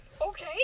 Okay